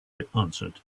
answered